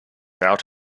out